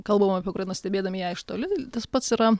kalbam apie ukrainą stebėdami ją iš toli tas pats yra